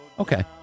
Okay